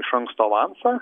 iš anksto avansą